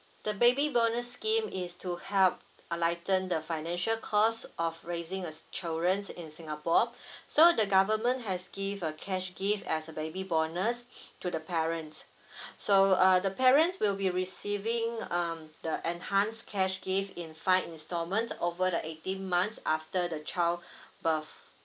the baby bonus scheme is to help lighten the financial cost of raising a children in singapore so the government has give a cash gift as a baby bonus to the parents so uh the parents will be receiving um the enhanced cash give in fine instalment over the eighteen months after the child birth